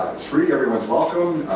it's free. everyone's welcome.